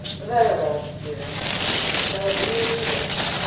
very well, stephen it shall be as you wish.